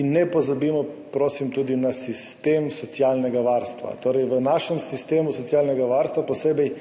in ne pozabimo, prosim, tudi na sistem socialnega varstva, torej, v našem sistemu socialnega varstva, posebej